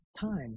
time